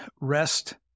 rest